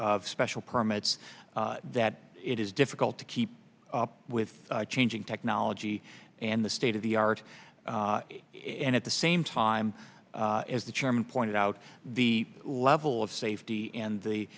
of special permits that it is difficult to keep up with changing technology and the state of the art and at the same time as the chairman pointed out the level of safety and the